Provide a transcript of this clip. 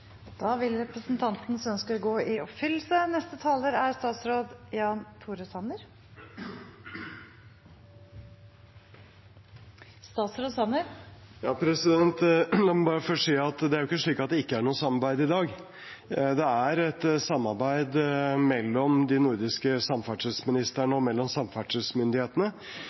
Da vil representantens ønske gå i oppfyllelse. La meg først bare si at det ikke er slik at det ikke er noe samarbeid i dag. Det er et samarbeid mellom de nordiske samferdselsministrene og mellom samferdselsmyndighetene.